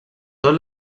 tot